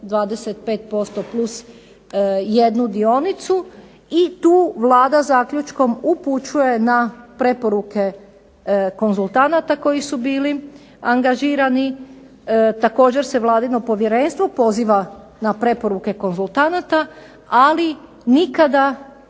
25% plus 1 dionicu i tu Vlada zaključkom upućuje na preporuke konzultanata koji su bili angažirani. Također se Vladino povjerenstvo poziva na preporuke konzultanata, ali nikada